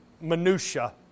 minutia